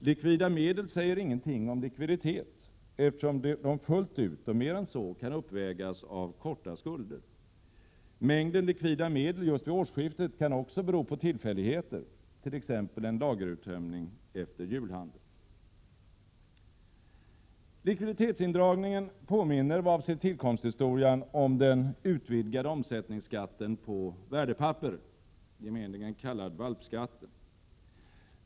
Likvida medel säger ingenting om likviditet, eftersom de fullt ut och mer än så kan uppvägas av korta skulder. Mängden likvida medel just vid årsskiftet kan också bero på tillfälligheter, t.ex. en lageruttömning efter julhandeln. Likviditetsindragningen påminner vad avser tillkomsthistorien om den utvidgade omsättningsskatten på värdepapper — gemenligen kallad valpskatten.